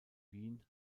wien